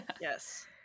yes